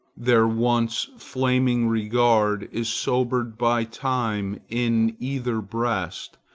their once flaming regard is sobered by time in either breast,